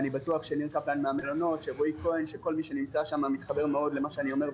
אני בטוח שכל מי שנמצא שם מתחבר למה שאני אומר.